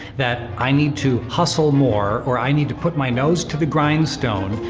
that i need to hustle more, or i need to put my nose to the grindstone,